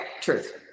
truth